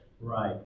Right